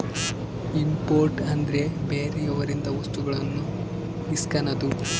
import ಅಂದ್ರೆ ಬೇರೆಯವರಿಂದ ವಸ್ತುಗಳನ್ನು ಇಸ್ಕನದು